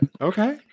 okay